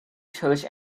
church